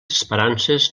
esperances